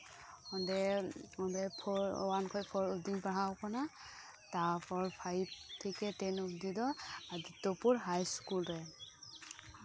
ᱚᱸᱰᱮ ᱚᱸᱰᱮ ᱳᱟᱱ ᱠᱷᱚᱱ ᱯᱷᱳᱨ ᱚᱯᱫᱤᱧ ᱯᱟᱲᱦᱟᱣ ᱟᱠᱟᱱᱟ ᱛᱟᱨᱯᱚᱨ ᱯᱷᱟᱭᱤᱵᱷ ᱛᱷᱮᱠᱮ ᱴᱮᱱ ᱚᱵᱫᱤ ᱫᱚ ᱟᱫᱤᱛᱛᱚᱯᱩᱨ ᱦᱟᱭ ᱥᱠᱩᱞ ᱨᱮ